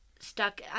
stuck